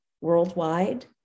worldwide